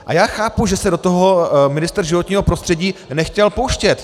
A já chápu, že se do toho ministr životního prostředí nechtěl pouštět.